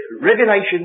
Revelation